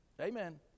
Amen